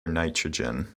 nitrogen